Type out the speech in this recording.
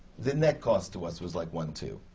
the net cost to us was like one two.